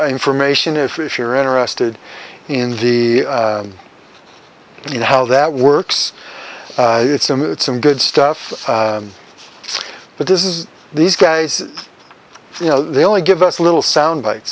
information if if you're interested in the you know how that works it's amid some good stuff but this is these guys you know they only give us a little sound bite